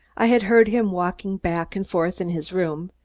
i had heard him walking back and forth in his room,